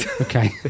Okay